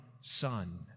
Son